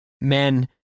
men